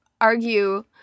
argue